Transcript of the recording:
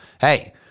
Hey